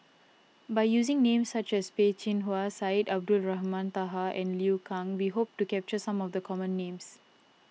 by using names such as Peh Chin Hua Syed Abdulrahman Taha and Liu Kang we hope to capture some of the common names